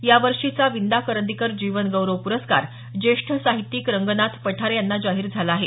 यावर्षीचा विंदा करंदीकर जीवन गौरव प्रस्कार ज्येष्ठ साहित्यिक रंगनाथ पठारे यांना जाहीर झाला आहे